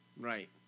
Right